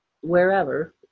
wherever